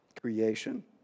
creation